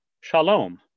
Shalom